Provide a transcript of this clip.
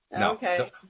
Okay